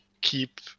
keep